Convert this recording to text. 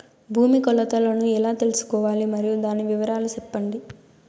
భూమి కొలతలను ఎలా తెల్సుకోవాలి? మరియు దాని వివరాలు సెప్పండి?